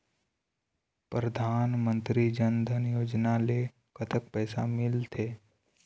परधानमंतरी जन धन योजना ले कतक पैसा मिल थे?